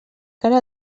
cara